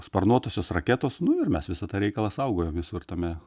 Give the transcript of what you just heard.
sparnuotosios raketos nu ir mes visą tą reikalą saugojom visur tame